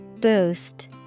Boost